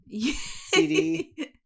CD